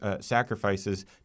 sacrifices